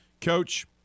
Coach